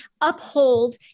uphold